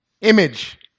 image